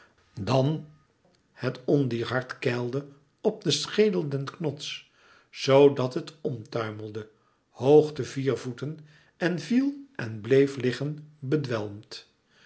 dan het ondier hard keilde op den schedel den knots zoo dat het m tuimelde hoog de vier hoeven en viel en bleef liggen